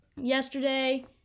Yesterday